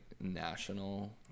national